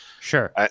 Sure